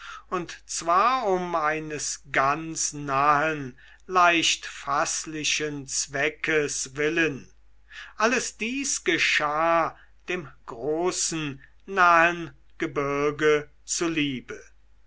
und zwar um eines ganz nahen leicht faßlichen zweckes willen alles dies geschah dem großen nahen gebirg zuliebe